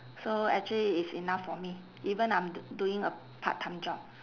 so actually it's enough for me even I'm do~ doing a part time job